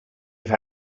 have